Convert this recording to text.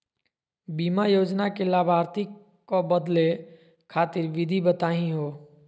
बीमा योजना के लाभार्थी क बदले खातिर विधि बताही हो?